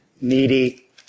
needy